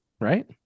right